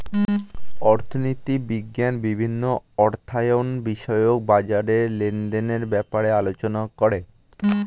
অর্থনীতি বিজ্ঞান বিভিন্ন অর্থায়ন বিষয়ক বাজার লেনদেনের ব্যাপারে আলোচনা করে